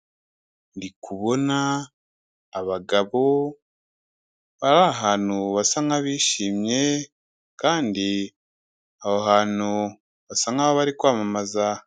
Ndikubona abagabo, bari ahantu basa nk'abishimye, kandi aho hantu basa nk'aho bari kwamamaza.